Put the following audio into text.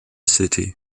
city